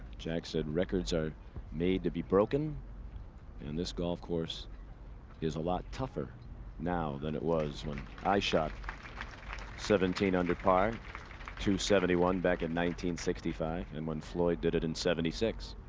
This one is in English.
jack said records are made to be broken in this golf course is a lot tougher now than it was when i shot seventeen under par two seventy-one back in nineteen, sixty-five. and when floyd did it in seventy-six.